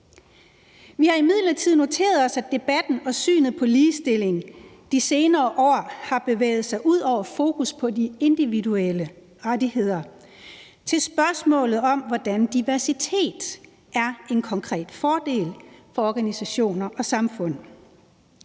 Vi har imidlertid noteret os, at debatten og synet på ligestilling i de senere år har bevæget sig ud over et fokus på de individuelle rettigheder til spørgsmålet om, hvordan diversitet er en konkret fordel for organisationer og samfund,